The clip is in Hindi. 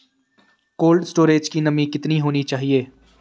कोल्ड स्टोरेज की नमी कितनी होनी चाहिए?